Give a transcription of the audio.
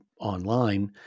online